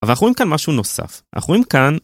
אבל אנחנו רואים כאן משהו נוסף, אנחנו רואים כאן...